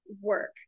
work